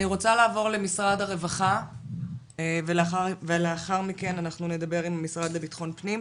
אליעזר רוזנבאום מהמשרד לביטחון פנים.